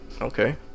Okay